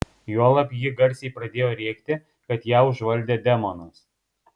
juolab ji garsiai pradėjo rėkti kad ją užvaldė demonas